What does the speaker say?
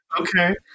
Okay